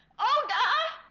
olga